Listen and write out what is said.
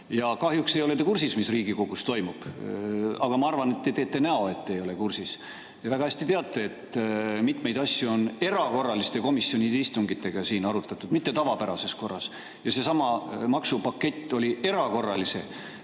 Kahjuks ei ole te kursis, mis Riigikogus toimub. Aga ma arvan, et te teete näo, et te ei ole kursis, kuigi väga hästi teate, et mitmeid asju on erakorralistel komisjonide istungitel siin arutatud, mitte tavapärases korras. Seesama maksupakett oli komisjoni